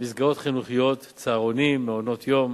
במסגרות חינוכיות, צהרונים, מעונות-יום.